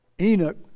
Enoch